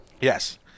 Yes